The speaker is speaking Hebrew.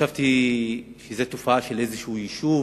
חשבתי שזאת תופעה של איזשהו יישוב